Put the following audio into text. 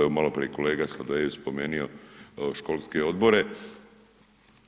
Evo maloprije je kolega Sladoljev spomenio školske odbore